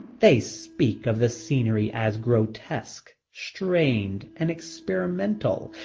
they speak of the scenery as grotesque, strained, and experimental,